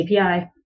API